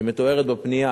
שמתוארת בפנייה,